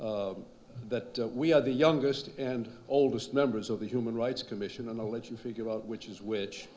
that we are the youngest and oldest members of the human rights commission and let you figure out which is which